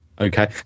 Okay